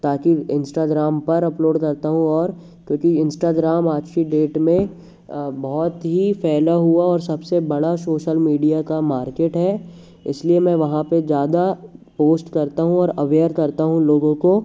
ताकि इंस्टाग्राम पर अपलोड करता हूँ और क्योंकि इंस्टाग्राम आज की डेट में बहुत ही फैला हुआ और सबसे बड़ा शोशल मीडिया का मार्केट है इसलिए मैं वहाँ पे जादा पोस्ट करता हूँ और अवेयर करता हूँ लोगों को